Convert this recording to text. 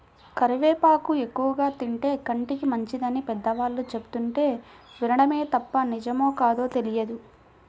కరివేపాకు ఎక్కువగా తింటే కంటికి మంచిదని పెద్దవాళ్ళు చెబుతుంటే వినడమే తప్ప నిజమో కాదో తెలియదు